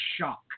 shock